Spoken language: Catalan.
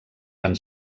van